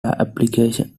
applications